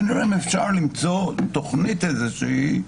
ונראה אם אפשר למצוא תוכנית כלשהי,